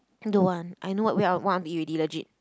I don't want I know what we are what I want to eat already legit